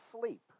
sleep